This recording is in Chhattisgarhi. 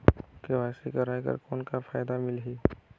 के.वाई.सी कराय कर कौन का फायदा मिलही?